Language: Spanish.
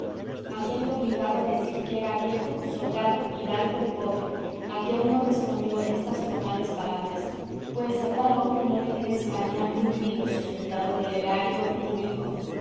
cantidad halléme obligado a decir que era viejo soldado hidalgo y pobre a que uno respondió estas formales palabras pues a tal hombre no le tiene españa muy rico y sustentado del erario público